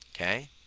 okay